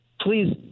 Please